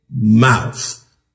mouth